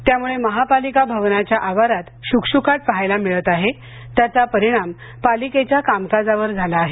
त्यामुळे महापालिका भावनाच्या आवारात शुकशुकाट पहायला मिळत आहे त्याचा परिणाम पालिकेच्या कामकाजावर झाला आहे